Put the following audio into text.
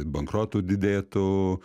bankrotų didėtų